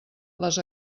les